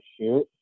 shoot